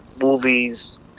movies